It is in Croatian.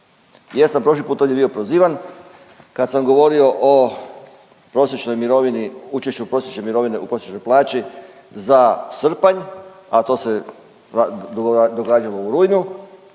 Ja sam prošli put ovdje bio prozivan kad sam govorio o prosječnoj mirovini, učešću prosječne mirovine u prosječnoj plaći za srpanj, a to se događalo u rujnu